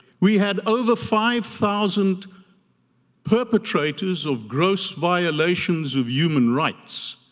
we had over five thousand perpetrators of gross violations of human rights